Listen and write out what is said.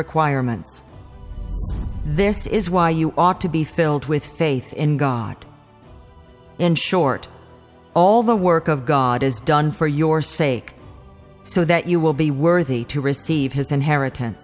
requirements this is why you ought to be filled with faith in god in short all the work of god is done for your sake so that you will be worthy to receive his inheritance